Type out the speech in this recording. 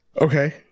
okay